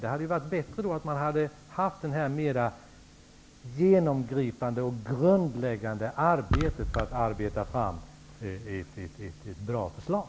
Det hade varit bättre med ett mer genomgripande och grundläggande arbete för att arbeta fram ett bra förslag.